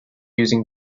using